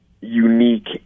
unique